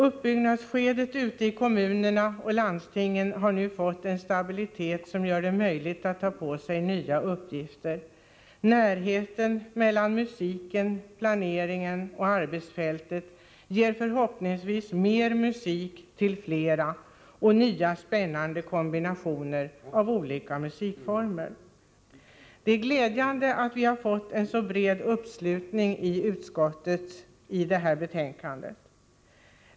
Uppbyggnadsskedet ute i kommunerna och landstingen har nu fått en stabilitet som gör det möjligt att ta på sig nya uppgifter. Närheten mellan musiken, planeringen och arbetsfältet ger förhoppningsvis mer musik till flera och nya spännande kombinationer av olika musikformer. Det är glädjande att vi har fått en så bred uppslutning i utskottet kring detta betänkande.